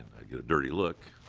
i get a dirty look.